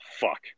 Fuck